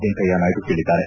ವೆಂಕಯ್ಯನಾಯ್ತು ಹೇಳಿದ್ದಾರೆ